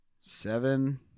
seven